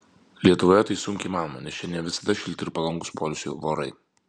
lietuvoje tai sunkiai įmanoma nes čia ne visada šilti ir palankūs poilsiui orai